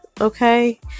okay